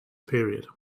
period